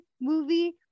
movie